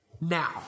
Now